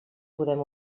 podem